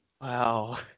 Wow